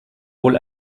wohl